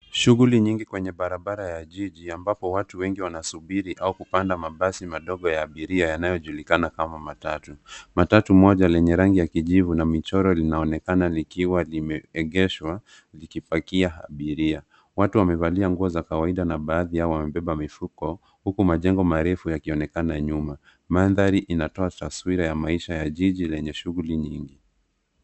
Shughuli nyingi kwenye barabara ya jiji ambapo watu wengi wanasubiri au kupanda mabasi madogo ya abiria, yanayojulikana kama matatu. Matatu moja lenye rangi ya kijivu na michoro linaonekana likiwa limeegeshwa, likipakia abiria. Watu wamevalia nguo za kawaida na baadhi yao wamebeba mifuko, huku majengo marefu yakionekana nyuma. Mandhari inatoa taswira ya maisha ya jiji lenye shughuli nyingi.